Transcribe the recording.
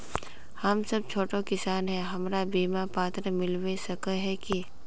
हम सब छोटो किसान है हमरा बिमा पात्र मिलबे सके है की?